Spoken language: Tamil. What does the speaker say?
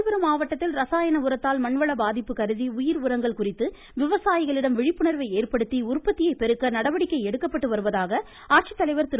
காஞ்சிபுரம் மாவட்டத்தில் ரசாயன உரத்தால் மண்வள பாதிப்பு கருதி உயிர் உரங்கள் குறித்து விவசாயிகளிடம் விழிப்புணர்வு ஏற்படுத்தி உற்பத்தியை பெருக்க நடவடிக்கை எடுக்கப்பட்டு வருவதாக திரு